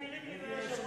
רובי היה יושב-ראש כנסת.